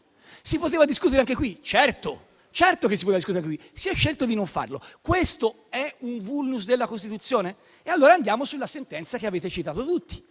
Si poteva discutere anche qui. Certo che lo si poteva fare anche qui e si è scelto di non farlo. Questo è un *vulnus* della Costituzione? Allora andiamo sulla sentenza che avete citato tutti,